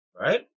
right